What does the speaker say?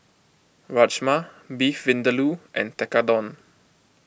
Rajma Beef Vindaloo and Tekkadon